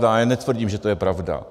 Já netvrdím, že to je pravda.